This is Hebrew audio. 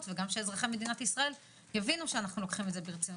וגם שאזרחי מדינת ישראל יבינו שאנחנו לוקחים את זה ברצינות.